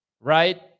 right